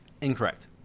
Incorrect